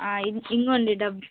ఇం ఇదిగోండి డబ్బులు